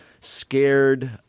scared